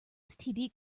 std